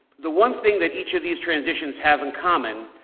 the one thing that each of these transitions have in common,